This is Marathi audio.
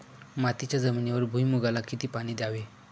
मातीच्या जमिनीवर भुईमूगाला किती पाणी द्यावे?